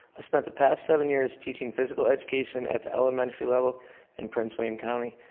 i spent the past seven years teaching physical education at the elementary level in prince william county.